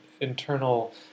internal